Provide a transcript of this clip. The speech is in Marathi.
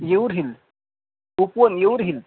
येऊर हिल उपवन येऊर हिल